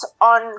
on